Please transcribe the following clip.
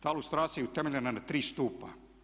Ta ilustracija je utemeljena na tri stupa.